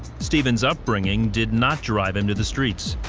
stephen's upbringing did not drive him to the streets.